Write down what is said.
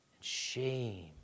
shame